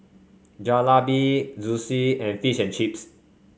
Jalebi Zosui and Fish and Chips